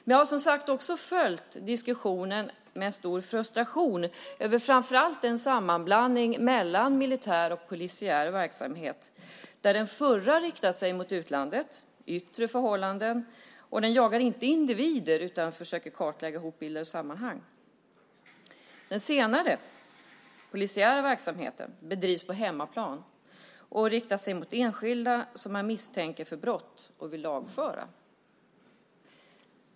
Jag har, som sagt, följt diskussionen också med stor frustration över framför allt sammanblandningen mellan militär och polisiär verksamhet. Den förra, den militära verksamheten, riktar sig mot utlandet och yttre förhållanden. Man jagar inte individer, utan man försöker kartlägga hotbilder och sammanhang. Den senare, den polisiära verksamheten, bedrivs på hemmaplan och riktar sig mot enskilda som man misstänker för brott och vill lagföra.